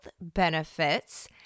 benefits